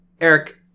eric